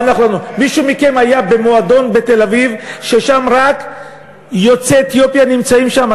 מישהו מכם היה במועדון בתל-אביב שרק יוצאי אתיופיה נמצאים שם?